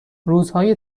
روزهای